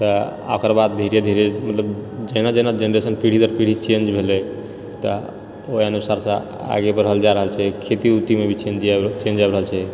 तऽ ओकर बाद धीरे धीरे मतलब जेना जेना जेनरेशन पीढी दर पीढी चेंज भेलै तऽ ओहि अनुसारसँ आगे बढ़ल जाए रहल छै खेती उतीमे भी चेंज आबि रहल छै